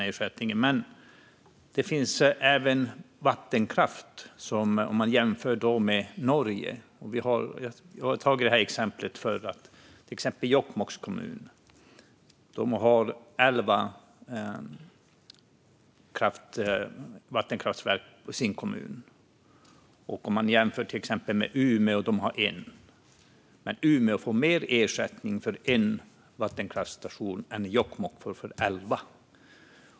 Jag skulle vilja höra hur Socialdemokraterna ställer sig till ersättningen. Det handlar även om vattenkraft, och där kan man jämföra med Norge. Jokkmokks kommun har elva vattenkraftverk i sin kommun; det exemplet har vi pekat på förr. Umeå har ett. Men Umeå får mer ersättning för sin enda vattenkraftsstation än Jokkmokk som har elva.